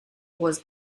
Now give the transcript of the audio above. was